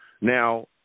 Now